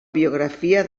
biografia